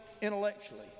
intellectually